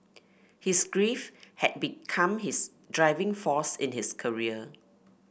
his grief had become his driving force in his career